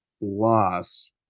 loss